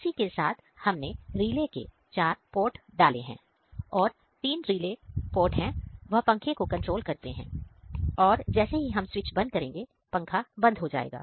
उसी के साथ हमने रिले के चार पोर्ट डाले हैं और जो 3 रिले पोर्ट है वह पंखे को कंट्रोल करता है और जैसे ही हम स्विच बंद करेंगे पंखा बंद हो जाएगा